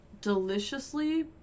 Deliciously